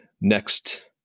next